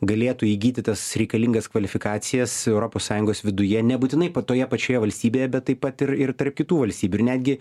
galėtų įgyti tas reikalingas kvalifikacijas europos sąjungos viduje nebūtinai pa toje pačioje valstybėje bet taip pat ir ir tarp kitų valstybių ir netgi